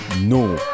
no